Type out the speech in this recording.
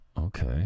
okay